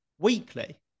weekly